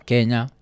Kenya